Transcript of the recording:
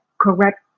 correct